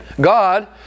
God